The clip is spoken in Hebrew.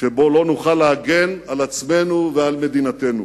שבו לא נוכל להגן על עצמנו ועל מדינתנו.